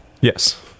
Yes